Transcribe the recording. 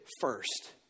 first